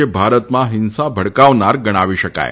જે ભારતમાં ફિંસા ભડકાવનાર ગણાવી શકાય